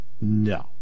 No